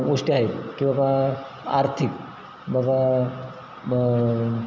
गोष्टी आहेत किंवा बाबा आर्थिक बबा ब